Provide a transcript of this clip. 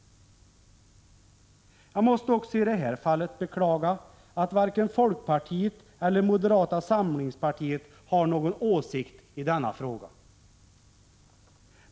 Jag måste också i detta fall beklaga att varken folkpartiet eller moderata samlingspartiet har någon åsikt i denna fråga.